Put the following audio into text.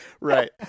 right